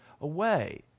away